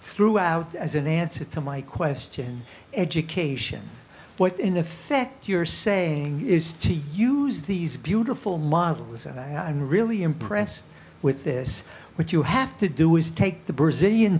threw out as an answer to my question education what in effect you're saying is to use these beautiful models and i am really impressed with this what you have to do is take the brazilian